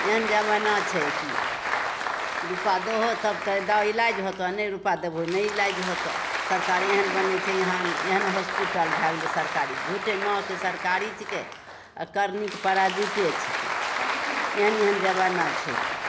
एहन जमाना छै कि रुपा दहो तब तऽ इलाज हेतऽ नहि रुपा देबहो नहि इलाज होतऽ सरकारे एहन बनै छै यहाँ एहन हॉसपिटल भै गेलै सरकारी झुट्ठे नाम छै सरकारी छिकै आओर करनीके प्राइवेटे छिकै एहन एहन जमाना छै कि